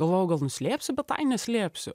galvojau gal nuslėpsiu bet tai neslėpsiu